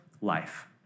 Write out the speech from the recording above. life